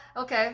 okay